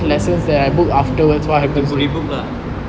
have to rebook lah